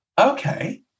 Okay